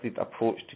approach